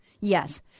Yes